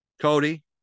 Cody